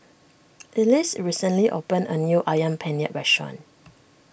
Ellis recently opened a new Ayam Penyet restaurant